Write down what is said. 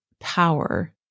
power